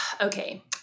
Okay